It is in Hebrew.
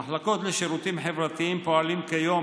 במחלקות לשירותים חברתיים פועלים כיום